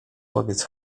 powiedz